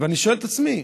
ואני שואל את עצמי: